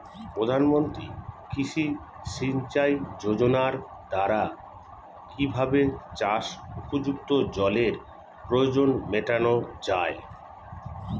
প্রধানমন্ত্রী কৃষি সিঞ্চাই যোজনার দ্বারা কিভাবে চাষ উপযুক্ত জলের প্রয়োজন মেটানো য়ায়?